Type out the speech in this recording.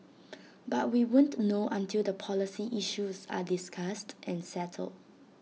but we won't know until the policy issues are discussed and settled